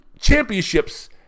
championships